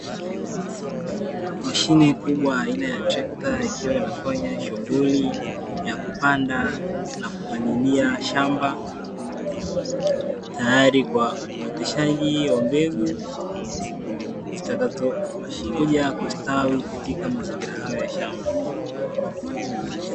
Mashine kubwa aina ya trekta, ikiwa inafanya shughuli ya kupanda na kupalilia shamba, tayari kwa uoteshaji wa mbegu zitakazokuja kustawi katika mazingira hayo ya shamba.